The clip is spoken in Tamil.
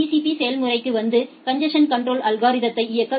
பி செயல்முறைக்கு வந்து காங்கேசஷன் கன்ட்ரோல் அல்கோரிததை இயக்க வேண்டும்